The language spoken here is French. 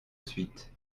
suite